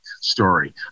story